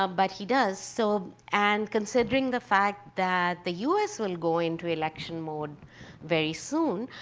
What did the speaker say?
um but he does. so and considering the fact that the us will go into election mode very soon,